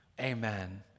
Amen